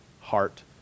heart